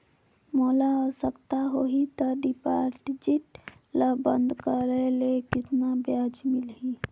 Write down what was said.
मोला आवश्यकता होही त डिपॉजिट ल बंद करे ले कतना ब्याज मिलही?